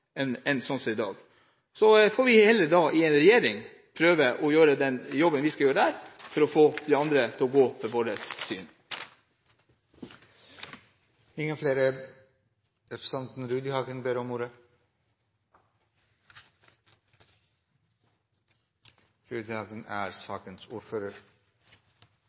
Så får vi heller i regjering prøve å gjøre den jobben vi skal gjøre – å få de andre til å gå inn for vårt syn.